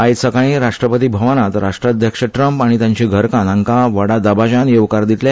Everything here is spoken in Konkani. आयज सकाळी राष्ट्रपती भवनात राष्ट्राध्यक्ष ट्रम्प आनी ताची घरकान्न हांका व्हडा दबाज्यान येवकार दितले